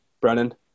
Brennan